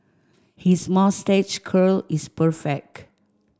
his moustache curl is perfect